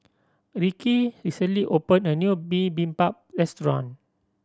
Ricci recently opened a new Bibimbap Restaurant